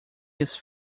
his